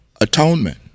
atonement